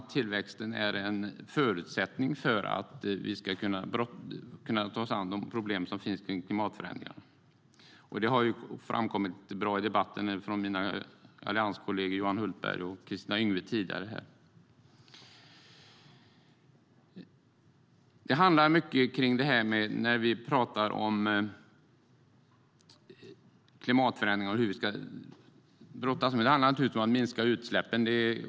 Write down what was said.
Tillväxt är en förutsättning för att vi ska kunna ta oss an problemen med klimatförändringar. Detta framhöll mina allianskollegor Johan Hultberg och Kristina Yngwe på ett bra sätt tidigare i debatten. När vi talar om klimatförändringar och hur vi ska brottas med dem handlar det naturligtvis om att minska utsläppen.